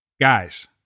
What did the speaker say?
Guys